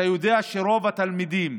אתה יודע שרוב התלמידים,